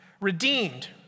redeemed